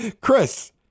Chris